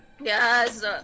Yes